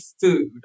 food